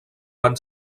van